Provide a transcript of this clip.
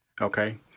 Okay